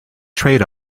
trade